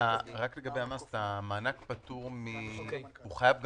רק לגבי המס, המענק פטור הוא חייב במע"מ,